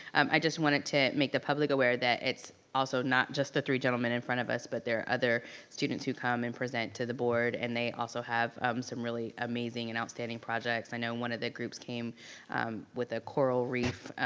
i just wanted to make the public aware that it's also not just the three gentlemen in front of us, but there are other students who come and present to the board and they also have some really amazing and outstanding projects. i know one of the groups came with a coral reef